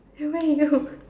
eh where Lydia go